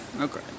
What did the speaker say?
Okay